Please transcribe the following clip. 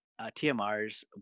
TMRs